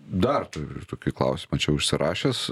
dar turiu tokį klausimą čia užsirašęs